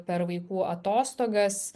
per vaikų atostogas